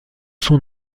son